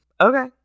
okay